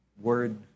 word